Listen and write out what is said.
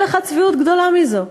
אין לך צביעות גדולה מזו.